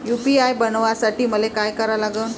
UPI बनवासाठी मले काय करा लागन?